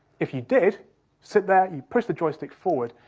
if you did sit there, you push the joystick forward,